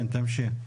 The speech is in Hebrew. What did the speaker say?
כן, תמשיך.